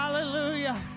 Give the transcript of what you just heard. Hallelujah